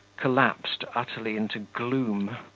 collapsed utterly into gloom,